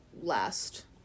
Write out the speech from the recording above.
last